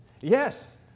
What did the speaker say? Yes